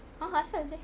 !huh! apasal seh